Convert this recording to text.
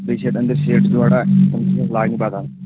بیٚیہ چھِ یتھ أنٛدرۍ سیٖٹ تھوڑا لاگنہِ بدل